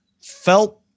felt